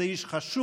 זה איש חשוב,